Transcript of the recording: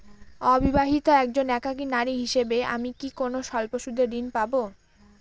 অবিবাহিতা একজন একাকী নারী হিসেবে আমি কি কোনো স্বল্প সুদের ঋণ পাব?